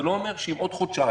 לא אומר שאם בעוד חודשיים